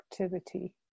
activity